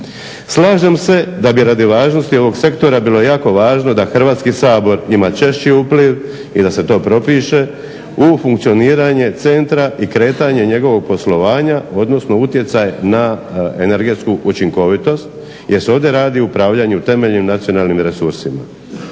Slažem se da bi radi važnosti ovog sektora bilo jako važno da Hrvatski sabor ima češći upliv i da se to propiše, u funkcioniranje centra i kretanje njegovog poslovanja odnosno utjecaj na energetsku učinkovitost jer se ovdje radi o upravljanju temeljnim nacionalnim resursima.